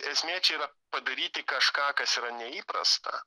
esmė čia yra padaryti kažką kas yra neįprasta